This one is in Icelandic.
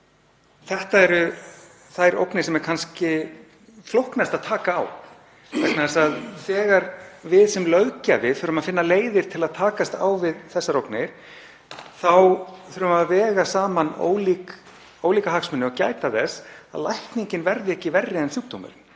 Þetta eru þær ógnir sem er kannski flóknast að taka á vegna þess að þegar við sem löggjafi þurfum að finna leiðir til að takast á við þessar ógnir þá þurfum við að vega saman ólíka hagsmuni og gæta þess að lækningin verði ekki verri en sjúkdómurinn.